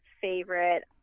favorite